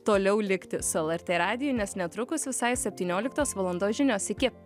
toliau likti su lrt radiju nes netrukus visai septynioliktos valandos žinios iki